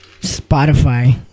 Spotify